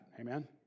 Amen